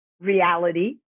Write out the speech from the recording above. reality